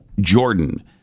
Jordan